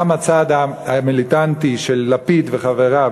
גם הצד המיליטנטי של לפיד וחבריו,